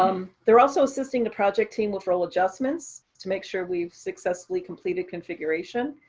um they're also assisting the project team with role adjustments to make sure we've successfully completed configuration.